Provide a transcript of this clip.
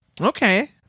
okay